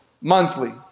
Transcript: monthly